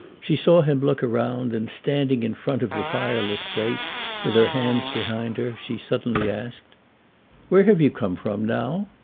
she saw him look round and, standing in front of the fireless grate with her hands behind her, she suddenly asked where have you come from now?